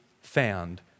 found